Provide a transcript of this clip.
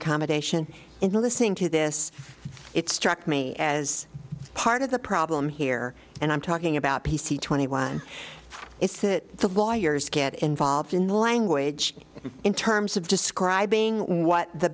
accommodation in listening to this it struck me as part of the problem here and i'm talking about twenty one it's that the lawyers get involved in the language in terms of describing what the